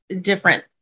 different